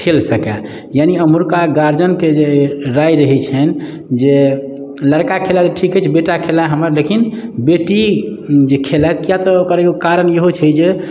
खेल सकय यानि एम्हुरका गार्जियनके जे राय रहैत छनि जे लड़का खेलाए तऽ ठीक अछि बेटा खेलाए हमर लेकिन बेटी जे खेलाए कियाक तऽ ओकर एगो कारण इहो छै जे